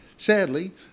Sadly